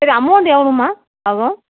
சரி அமௌன்ட்டு எவ்வளவுமா ஆகும்